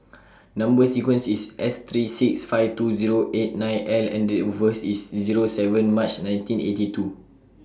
Number sequence IS S three six five two Zero eight nine L and Date of birth IS Zero seven March nineteen eighty two